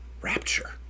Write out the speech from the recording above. Rapture